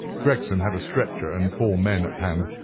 gregson had a stretcher and four men at hand.